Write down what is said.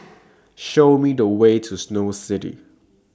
Show Me The Way to Snow City